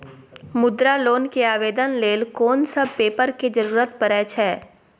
मुद्रा लोन के आवेदन लेल कोन सब पेपर के जरूरत परै छै?